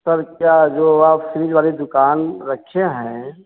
sir क्या जो आप फिरिज वाली दुकान रखें हैं